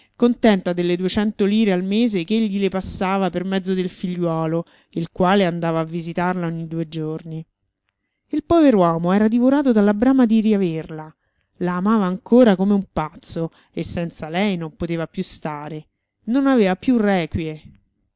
contenta delle duecento lire al mese ch'egli le passava per mezzo del figliuolo il quale andava a visitarla ogni due giorni il pover uomo era divorato dalla brama di riaverla la amava ancora come un pazzo e senza lei non poteva più stare non aveva più requie